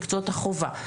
מקצועות החובה.